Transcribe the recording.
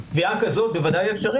קודם כל צריך לזכור